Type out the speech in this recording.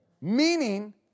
Meaning